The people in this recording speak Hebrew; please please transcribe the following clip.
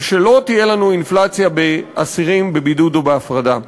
ושלא תהיה לנו אינפלציה באסירים בבידוד ובהפרדה.